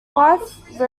wife